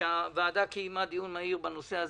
שהוועדה קיימה דיון מהיר בנושא הזה,